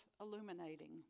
illuminating